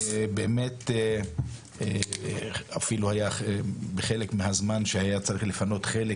ובאמת אפילו היה בחלק מהזמן שהיה צריך לפנות חלק